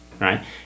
right